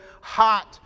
hot